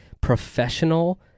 professional